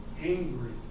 angry